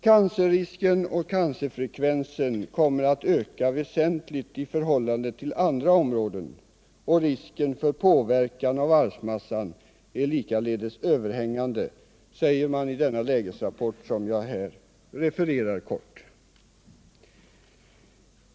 Cancerrisken och cancerfrekvensen kommer att öka väsentligt i förhållande till andra områden, och risken för påverkan av arvsmassan är likaledes överhängande, säger man i denna lägesrapport som jag här kort refererar.